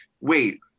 wait